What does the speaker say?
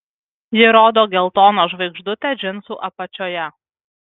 ji rodo geltoną žvaigždutę džinsų apačioje